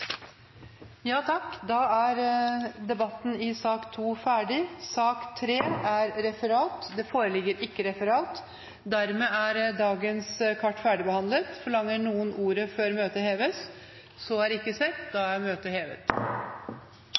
Da er sak nr. 2 ferdigbehandlet. Det foreligger ikke noe referat. Dermed er dagens kart ferdigbehandlet. Forlanger noen ordet før møtet heves? – Møtet er hevet.